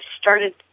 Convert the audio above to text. started